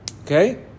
okay